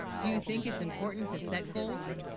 do you, think it's important to set goals